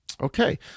Okay